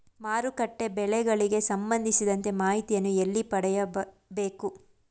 ಮಾರುಕಟ್ಟೆ ಬೆಲೆಗಳಿಗೆ ಸಂಬಂಧಿಸಿದಂತೆ ಮಾಹಿತಿಯನ್ನು ಎಲ್ಲಿ ಪಡೆಯಬೇಕು?